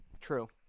True